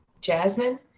Jasmine